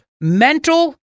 mental